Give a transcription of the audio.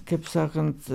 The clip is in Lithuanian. kaip sakant